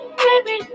baby